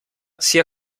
sia